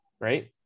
right